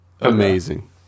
amazing